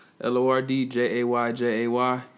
l-o-r-d-j-a-y-j-a-y